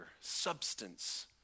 substance